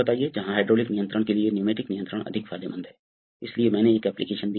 यह हमने दबाव और प्रवाह के संबंध में मुद्दों पर चर्चा की है